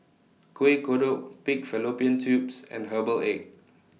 Kuih Kodok Pig Fallopian Tubes and Herbal Egg